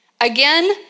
Again